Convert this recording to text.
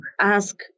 ask